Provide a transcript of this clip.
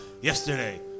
yesterday